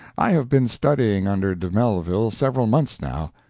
i have been studying under de mellville several months now.